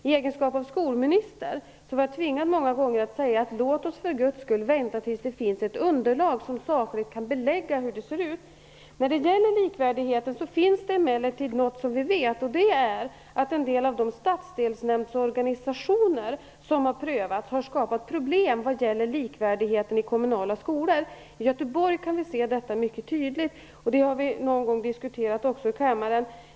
I egenskap av skolminister var jag många gånger tvingad att säga: Låt oss för Guds skull vänta tills det finns ett underlag som sakligt kan belägga hur det ser ut! När det gäller likvärdigheten vet vi emellertid något. Vi vet att en del av de stadsdelsnämndsorganisationer som har prövats har skapat problem vad gäller likvärdigheten i kommunala skolor. I Göteborg kan vi se detta mycket tydligt. Det har vi någon gång också diskuterat i kammaren.